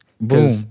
Boom